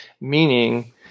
meaning